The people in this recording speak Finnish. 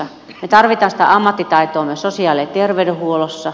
me tarvitsemme sitä ammattitaitoa myös sosiaali ja terveydenhuollossa